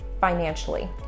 financially